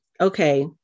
Okay